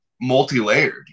multi-layered